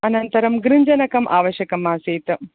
अनन्तरं गृञ्जनकम् आवश्यकम् आसीत्